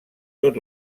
tot